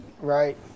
right